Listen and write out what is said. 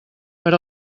per